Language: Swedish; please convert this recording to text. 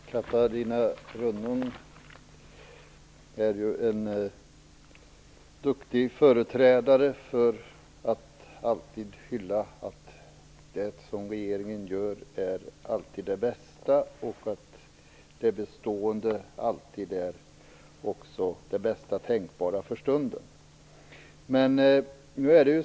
Fru talman! Catarina Rönnung är ju en duktig företrädare, som alltid hyllar det regeringen gör som det bästa och dessutom det bestående som det bästa tänkbara för stunden.